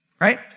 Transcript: right